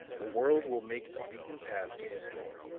the world will make a beaten path to his door